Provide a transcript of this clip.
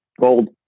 gold